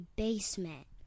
basement